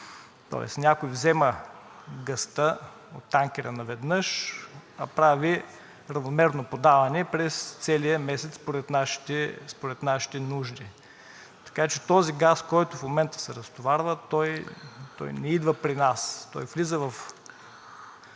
тоест някой взема газа от танкера наведнъж, а прави равномерно подаване през целия месец според нашите нужди. Така че този газ, който в момента се разтоварва, той не идва при нас, той влиза в